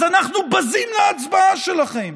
אז אנחנו בזים להצבעה שלכם